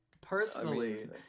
personally